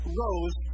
rose